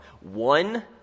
one